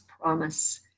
promise